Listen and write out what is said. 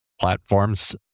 platforms